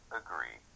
agree